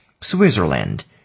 Switzerland